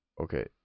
okay